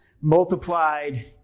multiplied